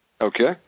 Okay